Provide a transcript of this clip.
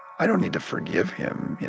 i don't need to forgive him. you